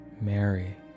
Mary